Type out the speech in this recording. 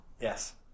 Yes